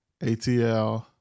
ATL